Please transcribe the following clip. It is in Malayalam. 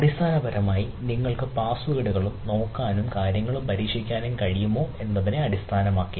അടിസ്ഥാനപരമായി നിങ്ങൾക്ക് ആ പാസ്വേഡുകളും നോക്കാനും കാര്യങ്ങൾ പരീക്ഷിക്കാനും കഴിയുമോ എന്നതിനെ അടിസ്ഥാനമാക്കി